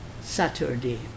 Saturday